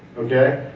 okay?